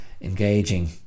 engaging